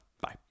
Bye